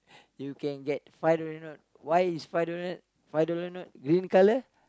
you can get five dollar note why is five dollar note five dollar note green colour